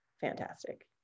fantastic